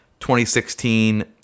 2016